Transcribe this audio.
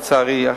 לצערי,